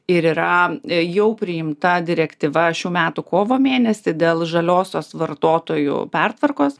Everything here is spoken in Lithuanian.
ir yra jau priimta direktyva šių metų kovo mėnesį dėl žaliosios vartotojų pertvarkos